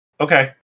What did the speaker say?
Okay